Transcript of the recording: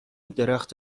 درخت